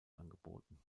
angeboten